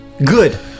Good